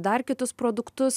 dar kitus produktus